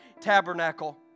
tabernacle